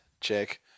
Check